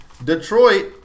Detroit